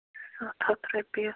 سَتھ ہَتھ رۄپیہِ